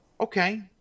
okay